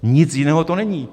Nic jiného to není.